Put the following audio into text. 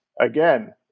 again